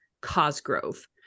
cosgrove